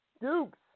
Dukes